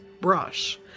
brush